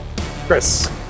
Chris